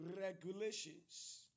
regulations